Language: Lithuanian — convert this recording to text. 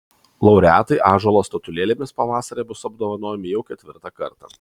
laureatai ąžuolo statulėlėmis pavasarį bus apdovanojami jau ketvirtą kartą